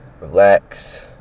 Relax